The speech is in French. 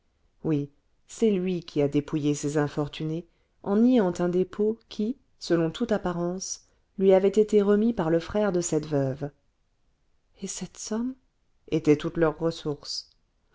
oui c'est lui qui a dépouillé ces infortunées en niant un dépôt qui selon toute apparence lui avait été remis par le frère de cette veuve et cette somme était toutes leurs